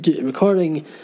recording